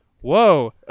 Whoa